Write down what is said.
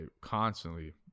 constantly